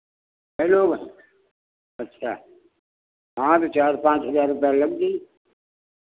कै लोग हैं अच्छा हाँ तो चार पाँच हज़ार रुपैया लग जाई